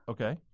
Okay